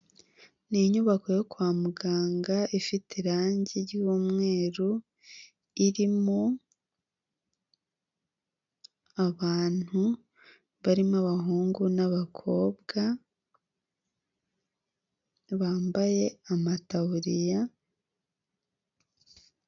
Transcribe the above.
Ni inyubako yo kwa muganga ifite irangi ry'umweru, irimo abantu barimo abahungu n'abakobwa, bambaye amataburiya,...